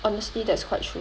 honestly that's quite true